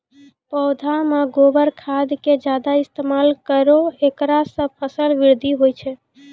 पौधा मे गोबर खाद के ज्यादा इस्तेमाल करौ ऐकरा से फसल बृद्धि होय छै?